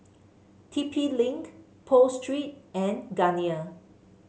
T P Link Pho Street and Garnier